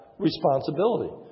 responsibility